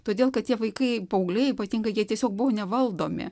todėl kad tie vaikai paaugliai ypatingai jie tiesiog buvo nevaldomi